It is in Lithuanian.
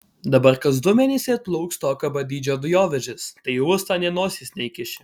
dabar kas du mėnesiai atplauks tokio pat dydžio dujovežis tai į uostą nė nosies neįkiši